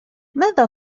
ماذا